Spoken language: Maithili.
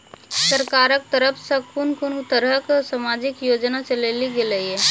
सरकारक तरफ सॅ कून कून तरहक समाजिक योजना चलेली गेलै ये?